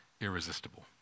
irresistible